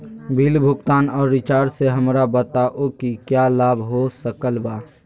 Bill भुगतान और recharge से हमरा बताओ कि क्या लाभ हो सकल बा?